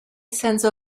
sense